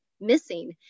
missing